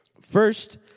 First